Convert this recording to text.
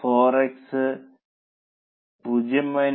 4 x 0